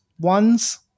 ones